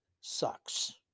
sucks